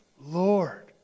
Lord